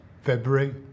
February